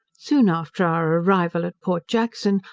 soon after our arrival at port jackson,